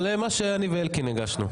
מה שאני ואלקין הגשנו.